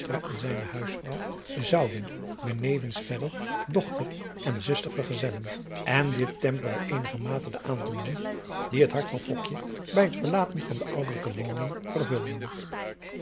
en zijne huisvrouw zouden benevens driaan oosjes zn et leven van illegonda uisman dochter en zuster vergezellen en dit temperde eenigermate de aandoeningen die het hart van bij het verlaten van de ouderlijke woning vervulden